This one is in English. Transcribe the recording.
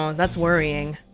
that's worrying.